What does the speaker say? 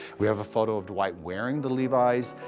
we have a photo of dwight wearing the levi's.